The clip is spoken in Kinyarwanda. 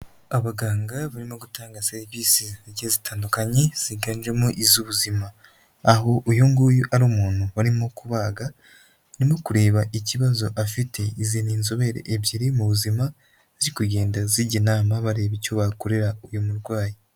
Abaganga barimo gutanga serivisi zigiye zitandukanye ziganjemo iz'ubuzima, aho uyu nguyu ari umuntu barimo kubaga, bari no kureba ikibazo afite, izi ni inzobere ebyiri mu buzima ziri kugenda zijya inama bareba icyo bakorera uyu murwayi.